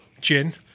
gin